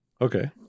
Okay